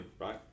right